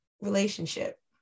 relationship